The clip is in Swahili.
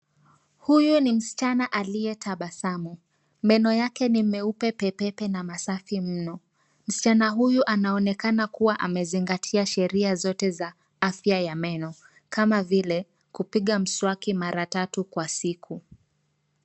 Huyu ni msichana aliyetabasamu. Meno yake ni meupe pe pe pe na masafi mno. Msichana huyu anaonekana kuwa amezingatia sheria zote za afya ya meno ,kama vile kupiga mswaki mara tatu kwa siku.